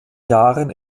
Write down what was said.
jahren